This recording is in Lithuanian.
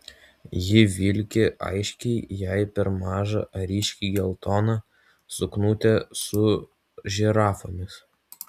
ji vilki aiškiai jai per mažą ryškiai geltoną suknutę su žirafomis